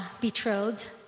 betrothed